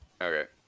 Okay